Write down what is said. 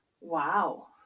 Wow